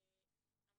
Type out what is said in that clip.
גם